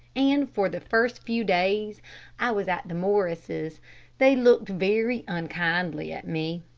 and for the first few days i was at the morrises' they looked very unkindly at me.